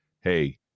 Hey